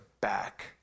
back